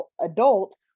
adult